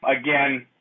Again